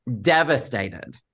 Devastated